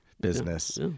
business